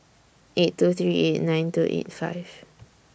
eight two three eight nine two eight five